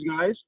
guys